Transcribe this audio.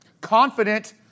confident